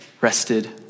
rested